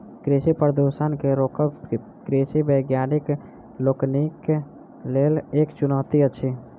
कृषि प्रदूषण के रोकब कृषि वैज्ञानिक लोकनिक लेल एक चुनौती अछि